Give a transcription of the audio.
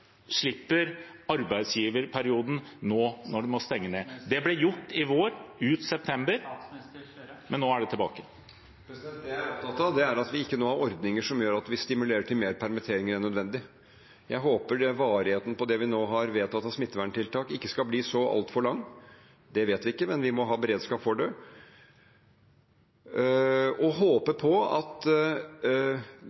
slipper arbeidsgiverperioden nå når de må stenge ned? Det ble gjort i vår, ut september, men nå er det tilbake. Det jeg er opptatt av, er at vi ikke nå har ordninger som stimulerer til mer permittering enn nødvendig. Jeg håper varigheten på det vi nå har vedtatt av smitteverntiltak, ikke skal bli så altfor lang. Det vet vi ikke, men vi må ha beredskap for det. Jeg håper